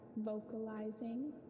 vocalizing